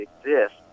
exist